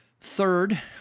third